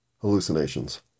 hallucinations